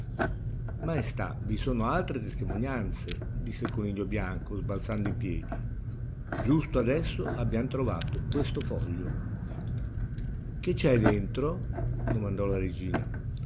maestà vi sono altre testimonianze disse il coniglio bianco sbalzando in piedi giusto adesso abbiam trovato questo foglio che c'è dentro domandò la regina